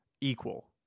equal